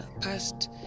past